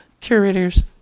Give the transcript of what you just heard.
curators